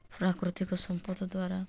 ପ୍ରାକୃତିକ ସମ୍ପଦ ଦ୍ୱାରା